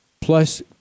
plus